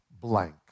blank